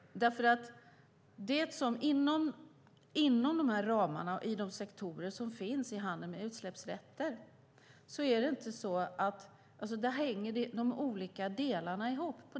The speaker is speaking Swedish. Inom ramarna och i de sektorer som finns i handeln med utsläppsrätter hänger de olika delarna ihop.